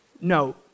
No